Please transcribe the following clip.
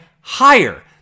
higher